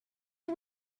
are